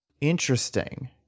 Interesting